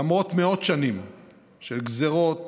למרות מאות שנים של גזרות,